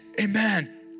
Amen